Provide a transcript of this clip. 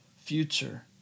future